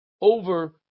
over